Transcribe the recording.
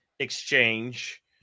exchange